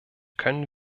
können